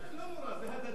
לא נורא, זה הדדי.